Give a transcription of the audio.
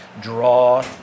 draw